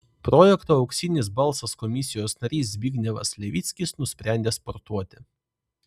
projekto auksinis balsas komisijos narys zbignevas levickis nusprendė sportuoti